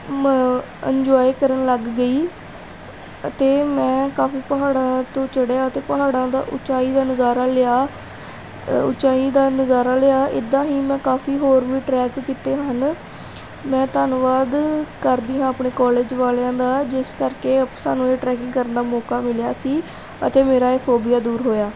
ਮ ਇੰਨਜੋਏ ਕਰਨ ਲੱਗ ਗਈ ਅਤੇ ਮੈਂ ਕਾਫੀ ਪਹਾੜਾਂ ਤੋਂ ਚੜ੍ਹਿਆ ਅਤੇ ਪਹਾੜਾਂ ਦਾ ਉੱਚਾਈ ਦਾ ਨਜ਼ਾਰਾ ਲਿਆ ਉੱਚਾਈ ਦਾ ਨਜ਼ਾਰਾ ਲਿਆ ਇੱਦਾਂ ਹੀ ਮੈਂ ਕਾਫੀ ਹੋਰ ਵੀ ਟਰੈਕ ਕੀਤੇ ਹਨ ਮੈਂ ਧੰਨਵਾਦ ਕਰਦੀ ਹਾਂ ਆਪਣੇ ਕੋਲਜ ਵਾਲਿਆਂ ਦਾ ਜਿਸ ਕਰਕੇ ਸਾਨੂੰ ਇਹ ਟਰੈਕਿੰਗ ਕਰਨ ਦਾ ਮੌਕਾ ਮਿਲਿਆ ਸੀ ਅਤੇ ਮੇਰਾ ਇਹ ਫੋਬੀਆ ਦੂਰ ਹੋਇਆ